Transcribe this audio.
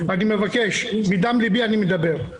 אני מבקש, מדם ליבי אני מדבר.